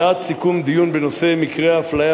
הצעת סיכום דיון בנושא מקרי האפליה